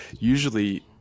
usually –